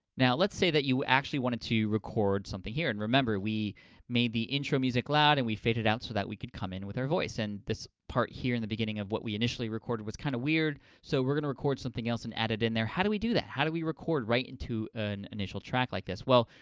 now, let's say that you actually wanted to record something here. and remember, we made the intro music loud and we faded out so that we could come in with our voice. and this part, here, in the beginning of what we initially recorded was kind of weird, so we're gonna record something else and add it in there. how do we do that? how do we record right into a initial track like this? well,